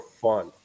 fun